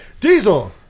diesel